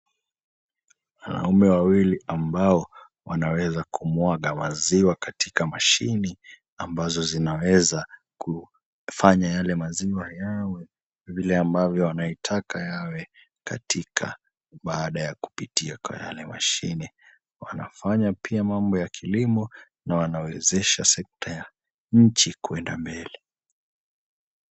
Wanaume wawili ambao wanaweza kumwaga maziwa katika mashini ambazo zinaweza kufanya yale maziwa yawe vile ambavyo wanaitaka yawe katika baada ya kupitia kwa yale mashine. Wanafanya pia mambo ya kilimo na wanawezesha sekta ya nchi kuenda mbele.